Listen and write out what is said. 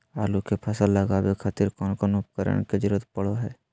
आलू के फसल लगावे खातिर कौन कौन उपकरण के जरूरत पढ़ो हाय?